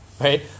right